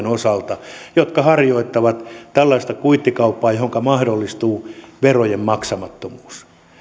osalta jotka harjoittavat tällaista kuittikauppaa joka mahdollistaa verojen maksamattomuuden